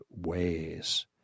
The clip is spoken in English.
ways